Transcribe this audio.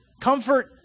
Comfort